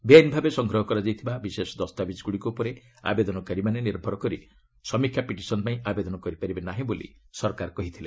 ବେଆଇନ୍ ଭାବେ ସଂଗ୍ରହ କରାଯାଇଥିବା ବିଶେଷ ଦସ୍ତାବିଜ୍ଗୁଡ଼ିକ ଉପରେ ଆବେଦନକାରୀମାନେ ନିର୍ଭର କରି ସମୀକ୍ଷା ପିଟିସନ୍ ପାଇଁ ଆବେଦନ କରିପାରିବେ ନାହିଁ ବୋଲି ସରକାର କହିଥିଲେ